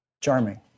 charming